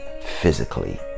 physically